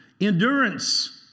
endurance